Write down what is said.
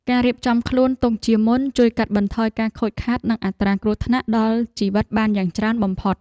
ការរៀបចំខ្លួនទុកជាមុនជួយកាត់បន្ថយការខូចខាតនិងអត្រាគ្រោះថ្នាក់ដល់ជីវិតបានយ៉ាងច្រើនបំផុត។